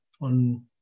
on